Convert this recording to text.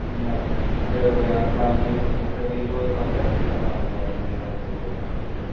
न न मूंखे त भई हाणे तव्हां वि मूंखे विवो ई खपे मूंखे तव्हांजो एम आई या कुझु ॿियो न खपे